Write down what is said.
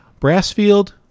Brassfield